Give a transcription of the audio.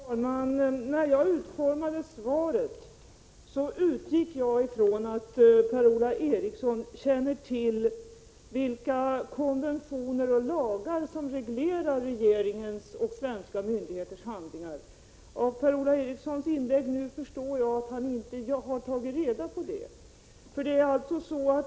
Fru talman! När jag utformade svaret utgick jag från att Per-Ola Eriksson känner till vilka konventioner och lagar som reglerar regeringens och svenska myndigheters handlingar. Av Per-Ola Erikssons inlägg förstår jag att han inte tagit reda på det.